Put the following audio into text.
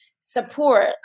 support